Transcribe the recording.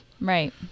Right